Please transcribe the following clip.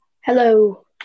Hello